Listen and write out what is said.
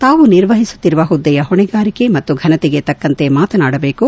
ತಾವು ನಿರ್ವಹಿಸುತ್ತಿರುವ ಹುದ್ದೆಯ ಹೊಣೆಗಾರಿಕೆ ಮತ್ತು ಫನತೆಗೆ ತಕ್ಕಂತೆ ಮಾತನಾಡಬೇಕು